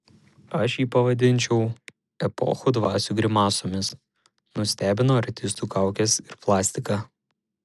aš jį pavadinčiau epochų dvasių grimasomis nustebino artistų kaukės ir plastika